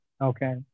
Okay